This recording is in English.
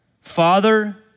Father